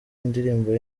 indirimbo